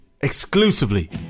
exclusively